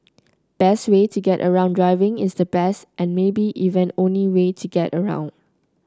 best way to get around Driving is the best and maybe even only way to get around